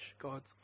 God's